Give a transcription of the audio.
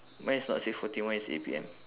mine is not six forty mine is eight P_M